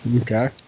okay